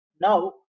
Now